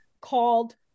called